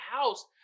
house